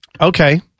Okay